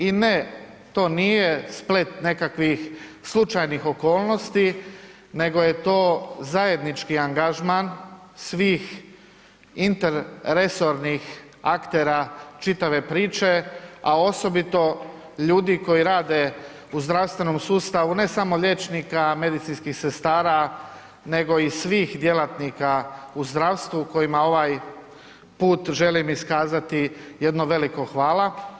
I ne, to nije splet nekakvih slučajnih okolnosti nego je to zajednički angažman svih interresornih aktera čitave priče a osobito ljudi koji rade u zdravstvenom sustavu ne samo liječnika, medicinskih sestara nego i svih djelatnika u zdravstvenu kojima ovaj put želim iskazati jedno veliko hvala.